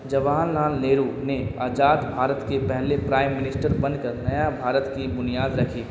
جواہر لعل نہرو نے آزاد بھارت کے پہلے پرائم منسٹر بن کر نیا بھارت کی بنیاد رکھے